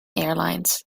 airlines